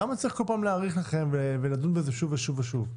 למה צריך כל פעם להאריך לכם ולדון בזה שוב ושוב ושוב?